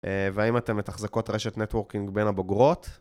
והאם אתן מתחזקות רשת נטוורקינג בין הבוגרות?